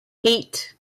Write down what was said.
eight